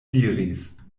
diris